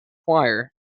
choir